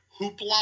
hoopla